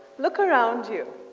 look around you.